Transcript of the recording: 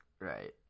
Right